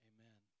Amen